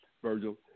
Virgil